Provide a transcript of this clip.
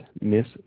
miss